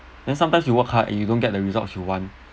then sometimes you work hard you don't get the results you want